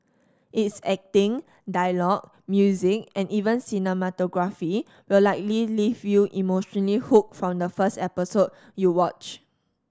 its acting dialogue music and even cinematography will likely leave you emotionally hooked from the first episode you watch